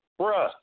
bruh